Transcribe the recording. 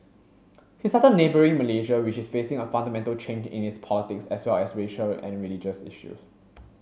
he cited neighbouring Malaysia which is facing a fundamental change in its politics as well as racial and religious issues